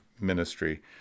ministry